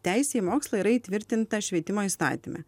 teisė į mokslą yra įtvirtinta švietimo įstatyme